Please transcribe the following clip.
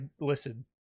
listen